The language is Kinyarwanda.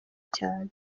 cyane